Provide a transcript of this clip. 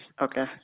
Okay